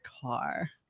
car